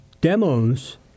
demos